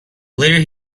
later